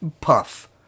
puff